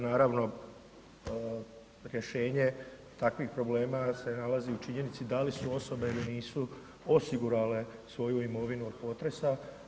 Naravno, rješenje takvih problema se nalazi u činjenici da li su osobe ili nisu osigurale svoju imovinu od potresa.